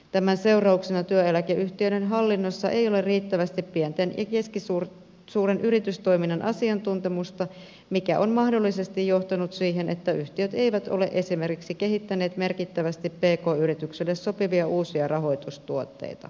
tämän seurauksena työeläkeyhtiöiden hallinnossa ei ole riittävästi pienten ja keskisuurten yritystoimintojen asiantuntemusta mikä on mahdollisesti johtanut siihen että yhtiöt eivät ole esimerkiksi kehittäneet merkittävästi pk yritykselle sopivia uusia rahoitustuotteita